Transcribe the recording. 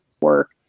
work